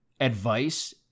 advice